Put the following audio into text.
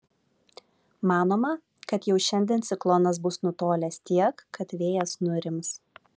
manoma kad jau šiandien ciklonas bus nutolęs tiek kad vėjas nurims